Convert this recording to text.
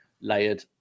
layered